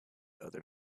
other